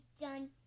done